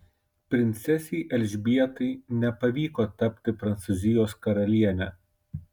princesei elžbietai nepavyko tapti prancūzijos karaliene